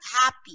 happy